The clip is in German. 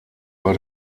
war